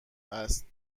است